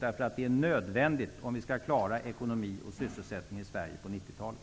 Det är nödvändigt om vi skall klara ekonomi och sysselsättning i Sverige på 90-talet.